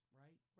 right